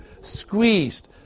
squeezed